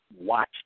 Watch